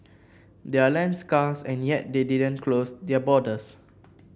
they're land scarce and yet they didn't close their borders